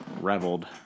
Reveled